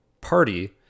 party